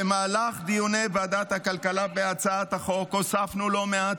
במהלך דיוני ועדת הכלכלה בהצעת החוק הוספנו לא מעט